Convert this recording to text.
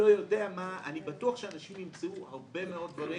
אני בטוח שאנשים ימצאו הרבה מאוד דברים